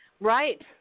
Right